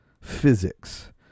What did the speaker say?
physics